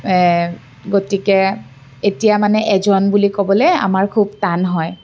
গতিকে এতিয়া মানে এজন বুলি ক'বলে আমাৰ খুব টান হয়